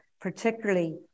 particularly